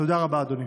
תודה רבה, אדוני.